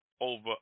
over